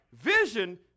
Vision